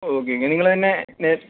okay നിങ്ങൾ തന്നെ നേ